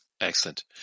Excellent